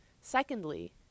Secondly